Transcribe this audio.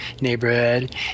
neighborhood